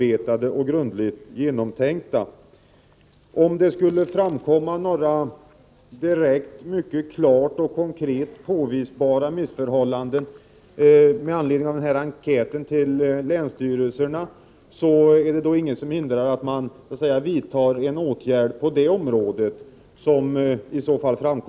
Om det med anledning av enkäten till länsstyrelserna skulle framkomma några mycket klart och konkret påvisbara missförhållanden, är det ingenting som hindrar att man vidtar åtgärder mot just detta.